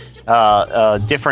Different